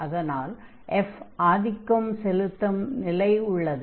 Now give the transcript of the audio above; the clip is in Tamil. அதனால் f ஆதிக்கம் செலுத்தும் நிலை உள்ளது